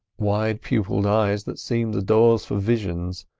wide-pupilled eyes that seemed the doors for visions,